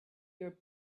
your